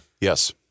Yes